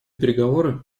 переговоры